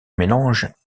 mélange